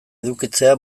edukitzea